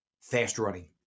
fast-running